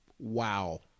Wow